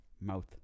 mouth